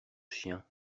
chien